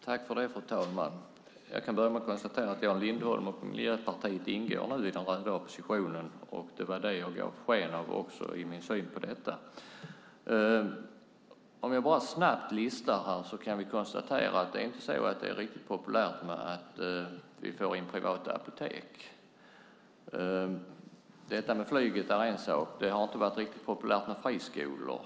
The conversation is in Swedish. Fru talman! Jag kan börja med att konstatera att Jan Lindholm och Miljöpartiet nu ingår i röda oppositionen, vilket jag också gav uttryck för i min syn på detta. Jag kan konstatera att det inte är riktigt populärt i oppositionen att vi får privata apotek. Detta med flyget är en sak. Det har inte varit riktigt populärt med friskolor.